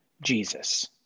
Jesus